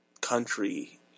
country